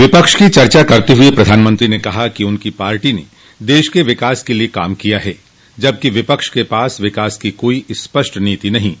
विपक्ष की चर्चा करते हुए प्रधानमंत्री ने कहा कि उनकी पार्टी ने देश के विकास के लिए काम किया है जबकि विपक्ष के पास विकास की कोइ स्पष्ट नीति नहीं है